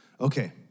Okay